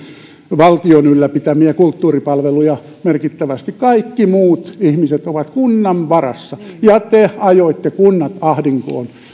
valtion ylläpitämiä kulttuuripalveluja kaikki muut ihmiset ovat kunnan varassa te ajoitte kunnat ahdinkoon